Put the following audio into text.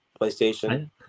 PlayStation